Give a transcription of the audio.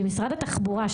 למשרד התחבורה,